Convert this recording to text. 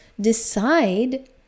decide